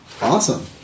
Awesome